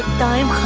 time.